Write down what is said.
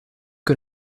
que